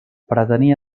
pretenia